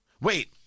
wait